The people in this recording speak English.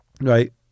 Right